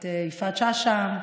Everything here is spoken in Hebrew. את יפעת שאשא,